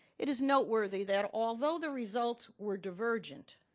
it is noteworthy that although the results were divergent,